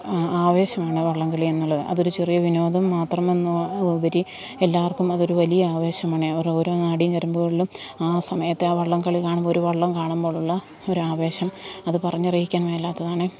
ആവേശമാണ് വള്ളംകളി എന്നുള്ളത് അതൊരു ചെറിയ വിനോദം മാത്രമെന്ന് ഉപരി എല്ലാവർക്കും അതൊരു വലിയ ആവേശമാണെ അവരെ ഓരോ നാഡീ ഞരമ്പുകളിലും ആ സമയത്തെ വള്ളംകളി കാണുമ്പോള് ഒരു വള്ളം കാണുമ്പോഴുള്ള ഒരാവേശം അത് പറഞ്ഞറിയിക്കാൻ മേലാത്തതാണ്